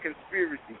conspiracy